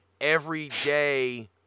everyday